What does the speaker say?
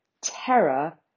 terror